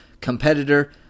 competitor